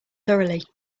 thoroughly